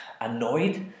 annoyed